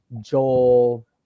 Joel